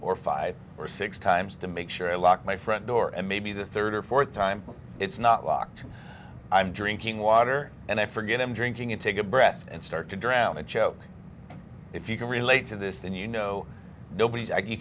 or five or six times to make sure i lock my front door and maybe the third or fourth time it's not locked i'm drinking water and i forget i'm drinking and take a breath and start to drown and choke if you can relate to this then you know nobody